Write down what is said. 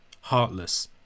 heartless